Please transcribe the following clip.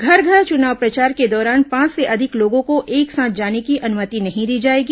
घर घर चुनाव प्रचार के दौरान पांच से अधिक लोगों को एक साथ जाने की अनुमति नहीं दी जायेगी